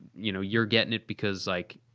you know you're getting it because like,